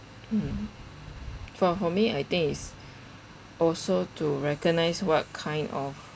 mm for for me I think it's also to recognize what kind of